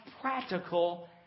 practical